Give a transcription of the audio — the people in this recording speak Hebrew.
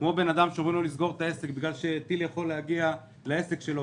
כמו אדם שאומרים לו לסגור את העסק בגלל שטיל יכול להגיע לעסק שלו,